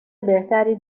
بهتری